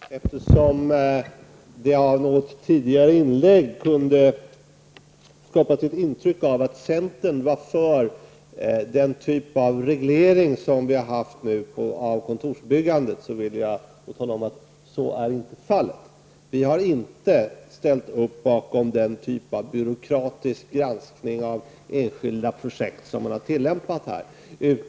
Fru talman! Eftersom det av något tidigare inlägg kunde skapas ett intryck av att centern var för den typ av reglering beträffande kontorsbyggande som vi har haft, vill jag tala om att så inte är fallet. Vi har inte ställt upp för den typ av byråkratisk granskning av enskilda projekt som har tillämpats.